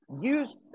use